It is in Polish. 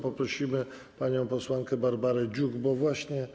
Poprosimy panią posłankę Barbarę Dziuk, bo właśnie